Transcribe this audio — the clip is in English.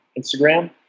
Instagram